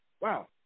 Wow